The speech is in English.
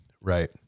Right